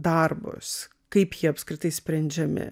darbus kaip jie apskritai sprendžiami